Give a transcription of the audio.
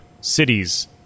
cities